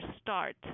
start